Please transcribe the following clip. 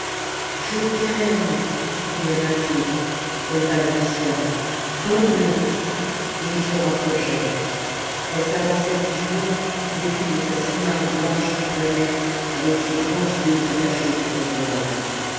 je t'aime criait mâtho elle balbutia donne le et ils se rapprochaient elle s'avançait toujours vêtue de sa simarre blanche qui traînait avec ses grands jeux attachés sur le voile